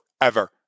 forever